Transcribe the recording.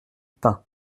pain